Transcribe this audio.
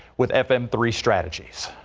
with fm, three strategies.